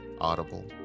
Audible